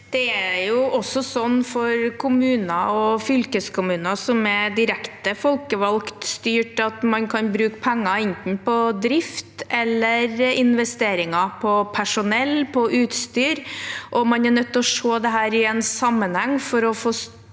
Det er slik også for kommuner og fylkeskommuner som er direkte folkevalgt styrt, at man kan bruke penger enten på drift eller på investeringer i personell og utstyr, og at man er nødt til å se dette i en sammenheng for å få